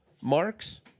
marks